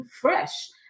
fresh